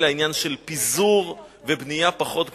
אלא עניין של פיזור ובנייה פחות גבוהה.